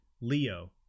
Leo